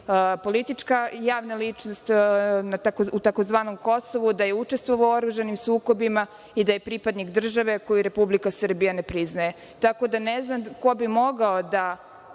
politička javna ličnost na tzv. Kosovu, da je učestvovao u oružanim sukobima, da je pripadnik države koju Republika Srbija ne priznaje. Ne znam ko bi mogao